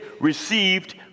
received